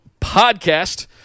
Podcast